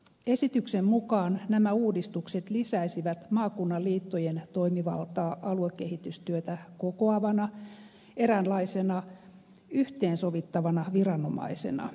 esityksen mukaan nämä uudistukset lisäisivät maakunnan liittojen toimivaltaa aluekehitystyötä kokoavana eräänlaisena yhteensovittavana viranomaisena